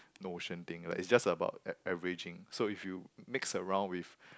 notion thing like is just about ave~ averaging so if you mix around with